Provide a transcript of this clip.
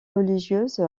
religieuse